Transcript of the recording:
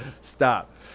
stop